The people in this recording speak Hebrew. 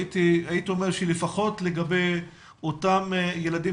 הייתי אומר שלפחות לגבי אותם ילדים